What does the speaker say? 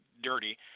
dirty